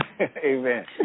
Amen